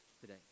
today